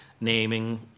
naming